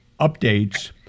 updates